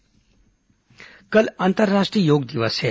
अंतर्राष्ट्रीय योग दिवस कल अंतर्राष्ट्रीय योग दिवस है